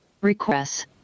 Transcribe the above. requests